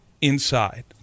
inside